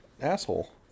asshole